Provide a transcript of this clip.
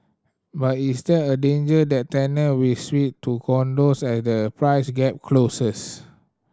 but is there a danger that tenant will switch to condos as the price gap closes